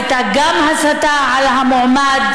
הייתה גם הסתה על המועמד,